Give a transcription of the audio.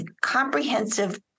Comprehensive